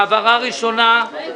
העברה הראשונה --- רגע.